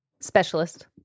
specialist